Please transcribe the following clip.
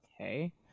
okay